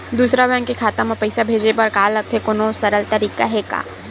दूसरा बैंक के खाता मा पईसा भेजे बर का लगथे कोनो सरल तरीका हे का?